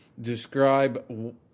describe